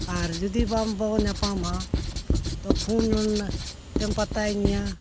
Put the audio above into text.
ᱟᱨ ᱡᱩᱫᱤ ᱵᱟᱝ ᱵᱚᱱ ᱧᱟᱯᱟᱢᱟ ᱛᱚ ᱯᱷᱳᱱ ᱛᱮᱢ ᱯᱟᱛᱟᱭᱤᱧᱟᱹ